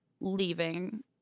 leaving